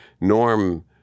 Norm